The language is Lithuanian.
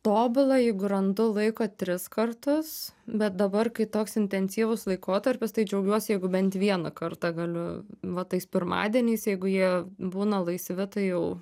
tobula jeigu randu laiko tris kartus bet dabar kai toks intensyvus laikotarpis tai džiaugiuosi jeigu bent vieną kartą galiu va tais pirmadieniais jeigu jie būna laisvi tai jau